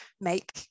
make